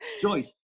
Joyce